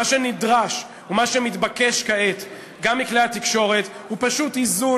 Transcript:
מה שנדרש ומה שמתבקש כעת גם מכלי התקשורת הוא פשוט איזון.